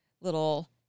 little